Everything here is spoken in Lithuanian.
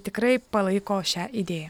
tikrai palaiko šią idėją